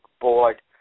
board